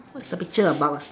what's the picture about ah